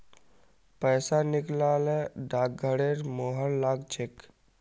पैसा निकला ल डाकघरेर मुहर लाग छेक